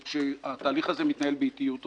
שהתהליך הזה מתנהל באטיות רבה,